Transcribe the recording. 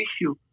issue